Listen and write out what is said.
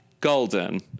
golden